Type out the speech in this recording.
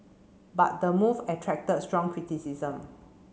but the move attracted strong criticism